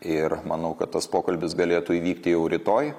ir manau kad tas pokalbis galėtų įvykti jau rytoj